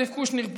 אלכס קושניר,